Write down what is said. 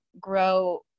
grow